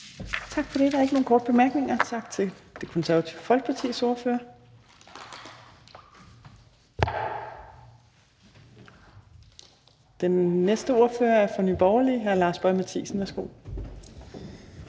Tak for det. Så er der ikke flere korte bemærkninger. Tak til Det Konservative Folkepartis ordfører. Den næste ordfører er fra Nye Borgerlige, og det er hr.